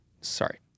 Sorry